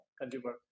consumer